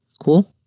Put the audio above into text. Cool